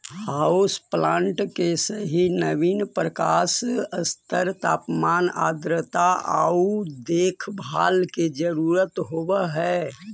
house plant के सही नवीन प्रकाश स्तर तापमान आर्द्रता आउ देखभाल के जरूरत होब हई